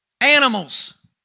animals